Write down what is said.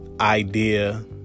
idea